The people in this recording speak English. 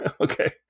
Okay